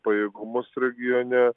pajėgumus regione